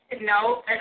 no